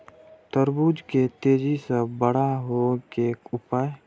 तरबूज के तेजी से बड़ा होय के उपाय?